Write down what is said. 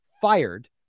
fired